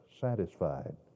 satisfied